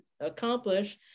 accomplish